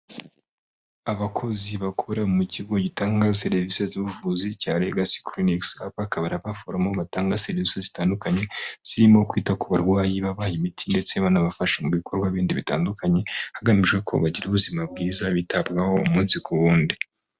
Abakozi bakora mu kigo gitanga serivisi z'ubuvuzi cya regasi kiriniki aba bakaba hari abaforomo batanga serivisi zitandukanye zirimo kwita ku barwayi, babaha imiti ndetse banabafasha mu bikorwa bindi bitandukanye, hagamijwe ko bagira ubuzima bwiza bitabwaho umunsi ku wundi.